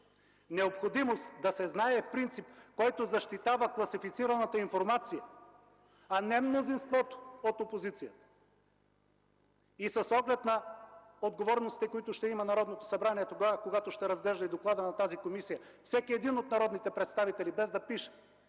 „необходимост да се знае” е принцип, който защитава класифицираната информация, а не мнозинството от опозицията. И с оглед на отговорностите, които ще има Народното събрание, когато ще разглежда и доклада на тази комисия, всеки един от народните представители, без да пише